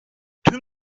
tüm